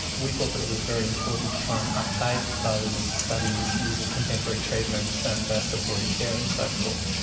we thought that it was very important to try and update those studies using contemporary treatments and ah supportive care and so forth.